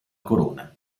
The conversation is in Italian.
corona